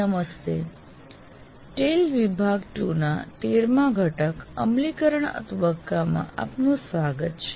નમસ્તે TALE વિભાગ ૨ ના 13 માં ઘટક અમલીકરણ તબક્કમાં આપનું સ્વાગત છે